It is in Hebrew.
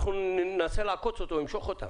אנחנו ננסה לעקוץ אותו, הוא ימשוך אותן.